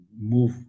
move